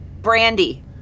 brandy